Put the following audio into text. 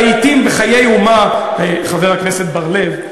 לעתים בחיי אומה חבר הכנסת בר-לב,